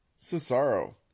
cesaro